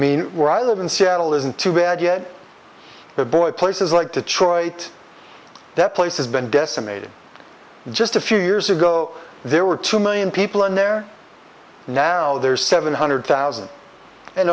mean where i live in seattle isn't too bad yet the boy places like detroit that place has been decimated just a few years ago there were two million people in there now there's seven hundred thousand and